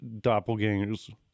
doppelgangers